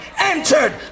entered